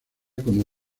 como